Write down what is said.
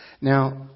Now